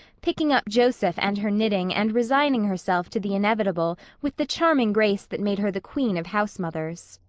picking up joseph and her knitting and resigning herself to the inevitable with the charming grace that made her the queen of housemothers,